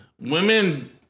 Women